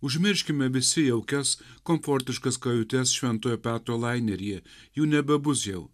užmirškime visi jaukias komfortiškas kajutes šventojo petro laineryje jų nebebus jau